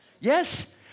Yes